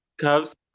cubs